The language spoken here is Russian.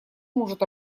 может